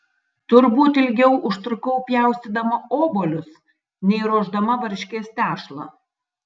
turbūt ilgiau užtrukau pjaustydama obuolius nei ruošdama varškės tešlą